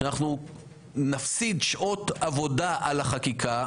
שנפסיד שעות עבודה על החקיקה,